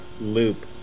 loop